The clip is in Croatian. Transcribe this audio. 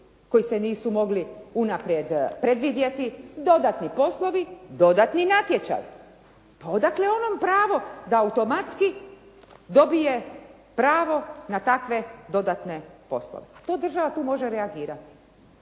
koji se nisu mogli unaprijed predvidjeti, dodatni poslovi, dodatni natječaj. Pa odakle onom pravo da automatski dobije pravo na takve dodatne poslove. Tu država može reagirati.